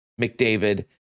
McDavid